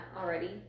already